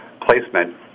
placement